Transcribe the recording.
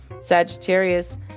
Sagittarius